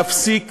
להפסיק